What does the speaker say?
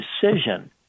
decision